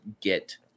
get